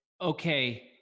okay